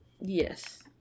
Yes